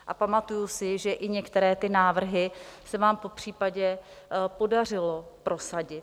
A pamatuji si, že i některé ty návrhy se vám popřípadě podařilo prosadit.